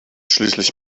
schließlich